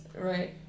Right